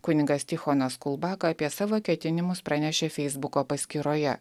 kunigas tichonas kulbaka apie savo ketinimus pranešė feisbuko paskyroje